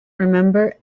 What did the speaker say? remember